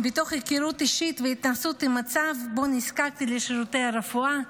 ומתוך היכרות אישית והתנסות עם מצב שבו נזקקתי לשירותי הרפואה,